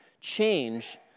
change